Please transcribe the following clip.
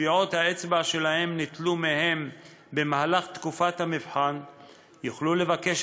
טביעות האצבע שלהם ניטלו מהם בתקופת המבחן יוכלו לבקש